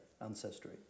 ancestry